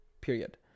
period